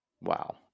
wow